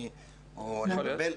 או שאני מתבלבל?